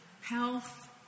health